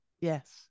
Yes